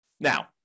Now